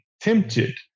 tempted